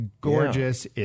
gorgeous